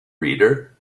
reader